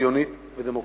ציונית ודמוקרטית.